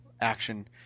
action